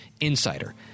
insider